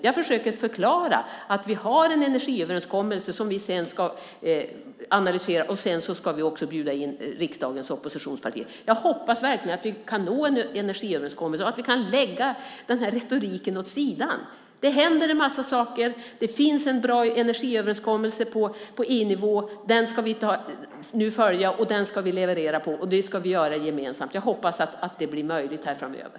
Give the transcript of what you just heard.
Jag försöker förklara att vi har en energiöverenskommelse som vi ska analysera, och sedan ska vi också bjuda in riksdagens oppositionspartier till överläggningar. Jag hoppas verkligen att vi kan nå en energiöverenskommelse och lägga retoriken åt sidan. Det händer en massa saker. Det finns en bra energiöverenskommelse på EU-nivå. Den ska vi följa och leverera efter, och det ska vi göra gemensamt. Jag hoppas att det blir möjligt framöver.